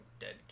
dead